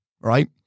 right